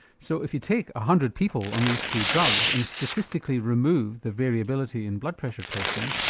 so if you take a hundred people on these two drugs and statistically remove the variability in blood pressure testing,